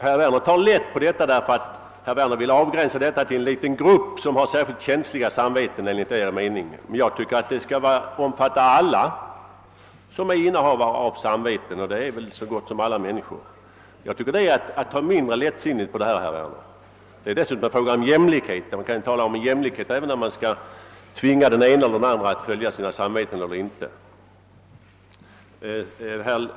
Herr Werner tar lätt på detta därför att han vill avgränsa rättigheten att handla enligt sitt samvete till en liten grupp som enligt hans mening har särskilt känsliga samveten, medan jag tycker att den i så fall skall omfatta alla som är innehavare av samveten, och det är vält alla människor. Jag tycker det är att ta mindre lättsinnigt på problemet, herr Werner. Detta är dessutom en fråga om jämlikhet; man kan tala om jämlikhet även när det gäller frågan om man skall tvinga den ene eller andre att handla i strid med sitt samvete eller inte.